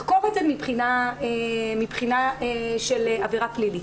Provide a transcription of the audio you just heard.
לחקור אותה מבחינה של עבירה פלילית.